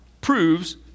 proves